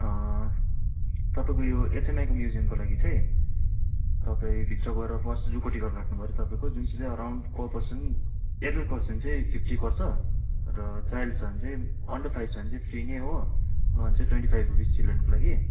तपाईँको यो एचएमआईको म्युजियमको लागि चाहिँ तपाईँ भित्र गएर फर्स्ट जूको टिकट काटनुपर्यो जुन चाहिँ around per person adult person चाहिँ फिफ्टी पर्छ र चाइल्ड छ भने चाहिँ अन्डर चाइल्ड छ भने चाहिँ फ्री नै हो नभए चाहिँ ट्वेन्टी फाइभ रुपिज चिल्ड्रेनको लागि